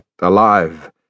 alive